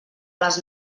les